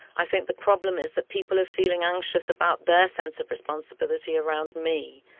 i think the problem is that people are feeling anxious about their sense of responsibility around me.